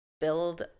build